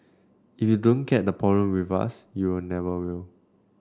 if you don't get the problem with us you'll never will